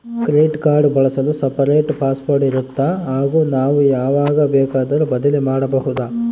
Credit card ಬಳಸಲು separate password ಇರುತ್ತಾ ಹಾಗೂ ನಾವು ಯಾವಾಗ ಬೇಕಾದರೂ ಬದಲಿ ಮಾಡಬಹುದಾ?